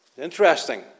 Interesting